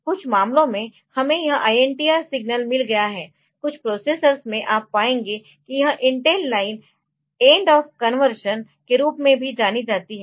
कुछ मामलों में हमें यह INTR सिग्नल मिल गया है कुछ प्रोसेसर्स में आप पाएंगे कि यह इंटेल लाइन एन्डऑफ़ कन्वर्शन के रूप में भी जानी जाती है